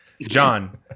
John